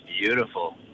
beautiful